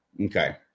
Okay